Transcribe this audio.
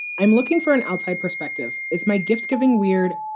i'm looking for an outside perspective. is my gift giving weird?